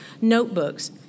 notebooks